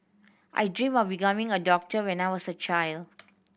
I dreamt of becoming a doctor when I was a child